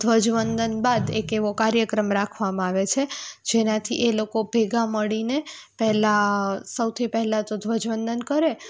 ધ્વજવંદન બાદ એક એવો કાર્યક્રમ રાખવામાં આવે છે જેનાથી એ લોકો ભેગાં મળીને પેલા સૌથી પહેલાં તો ધ્વજવંદન કરે